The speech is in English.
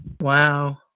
wow